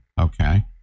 Okay